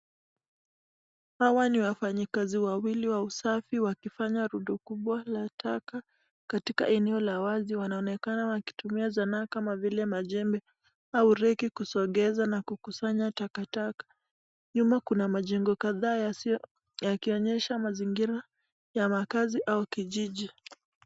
Hawa ni wafanyikazi wawili wa usafi wakifanya rudu kubwa la taka katika eneo la wazi. Wanaonekana wakitumia zanaa kama vile majembe au reki kusongeza na kusanya takataka. Nyuma kuna majengo kadhaa yasio yakionyesha mazingira ya makazi au kijiji.